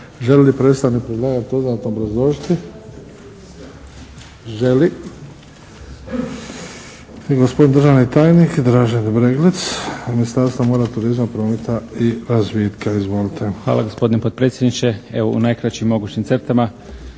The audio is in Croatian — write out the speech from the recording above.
Hvala gospodine potpredsjedniče. Evo u najkraćim mogućim crtama